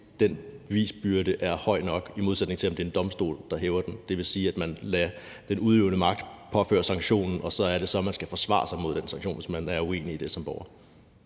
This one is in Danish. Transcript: den bevisbyrde er høj nok, i modsætning til om det er en domstol, der løfter den. Det vil sige, at man lader den udøvende magt påføre sanktionen, og så er det så, man skal forsvare sig imod den sanktion, hvis man er uenig i det som borger.